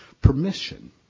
permission